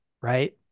Right